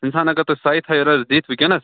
اِنسان اگر تۄہہِ ساے تھایہِ روزِ دِتھ وُنکیٚنس